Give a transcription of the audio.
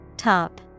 Top